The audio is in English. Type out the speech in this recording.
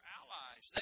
allies